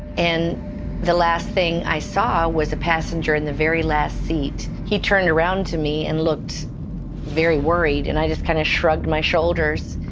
and the last thing i saw was a passenger in the very last seat, he turned around to me and looked very worried, and i just kind of shrugged my shoulders,